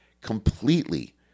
Completely